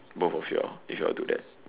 both of you all if you all do that